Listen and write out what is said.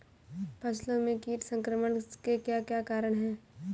फसलों में कीट संक्रमण के क्या क्या कारण है?